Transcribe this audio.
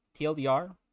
TLDR